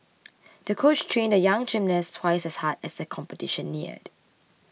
the coach trained the young gymnast twice as hard as the competition neared